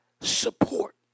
support